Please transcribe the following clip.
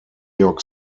york